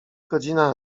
godzina